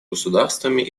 государствами